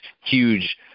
huge